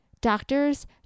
Doctors